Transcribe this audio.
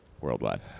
Worldwide